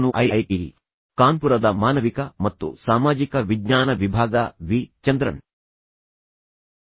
ನಾನು ಐಐಟಿ ಕಾನ್ಪುರದ ಮಾನವಿಕ ಮತ್ತು ಸಾಮಾಜಿಕ ವಿಜ್ಞಾನ ವಿಭಾಗದ ಡಾಕ್ಟರ್ ರವಿ ಚಂದ್ರನ್ ಆಗಿದ್ದು ಕಳೆದ 8 ವಾರಗಳಿಂದ ನಿಮಗೆ ಈ ಕೋರ್ಸ್ ನೀಡುತ್ತಿದ್ದೇನೆ